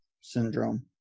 syndrome